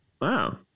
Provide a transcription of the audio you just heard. Wow